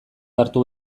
hartu